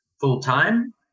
full-time